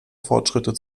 fortschritte